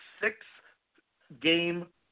six-game